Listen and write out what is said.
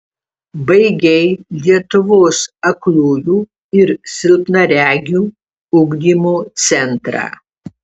baigei lietuvos aklųjų ir silpnaregių ugdymo centrą